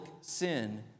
sin